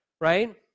right